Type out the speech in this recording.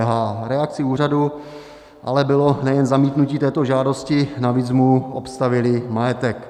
V reakci úřadu ale bylo nejen zamítnutí této žádosti, navíc mu obstavili majetek.